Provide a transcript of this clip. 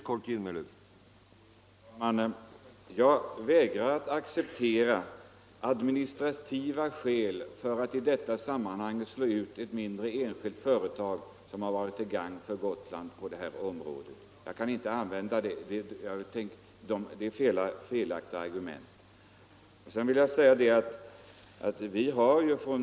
Herr talman! Jag vägrar att acceptera administrativa skäl för att slå ut ett mindre, enskilt företag som varit till gagn för Gotland.